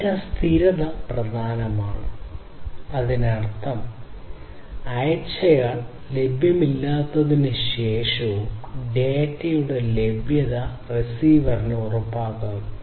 data സ്ഥിരത പ്രധാനമാണ് അതിനർത്ഥം അയച്ചയാൾ ലഭ്യമല്ലാത്തതിനു ശേഷവും ഡാറ്റയുടെ ലഭ്യത റിസീവറിന് ഉറപ്പാക്കുന്നു